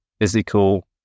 physical